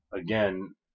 again